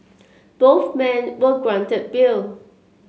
both men were granted bail